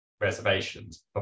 reservations